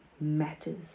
matters